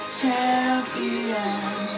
champion